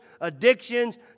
addictions